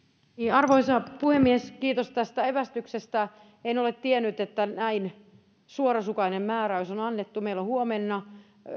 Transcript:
arvoisa puhemies kiitos tästä evästyksestä en ole tiennyt että näin suorasukainen määräys on annettu meillä on huomenna